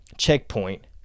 checkpoint